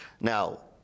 Now